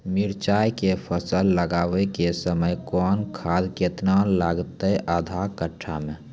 मिरचाय के फसल लगाबै के समय कौन खाद केतना लागतै आधा कट्ठा मे?